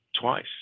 twice